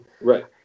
Right